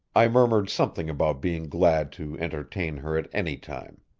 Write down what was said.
i murmured something about being glad to entertain her at any time.